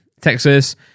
Texas